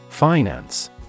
Finance